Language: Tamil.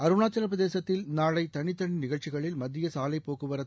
அருணாச்சல பிரதேசத்தில் நாளை தனித்தனி நிகழ்ச்சிகளில் மத்திய சாலைப்போக்குவரத்து